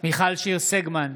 מיכל שיר סגמן,